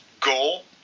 goal